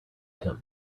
him